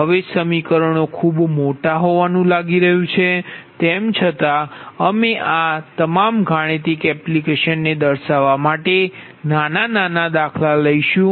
હવે સમીકરણો ખૂબ મોટા હોવાનું લાગે છે તેમ છતાં અમે આ તમામ ગાણિતિક એપ્લિકેશનને દર્શાવવા માટે નાના દાખલા લઈશું